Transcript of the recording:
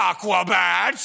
Aquabats